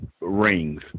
rings